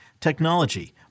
technology